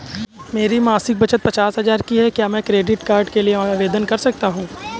मेरी मासिक बचत पचास हजार की है क्या मैं क्रेडिट कार्ड के लिए आवेदन कर सकता हूँ?